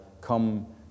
come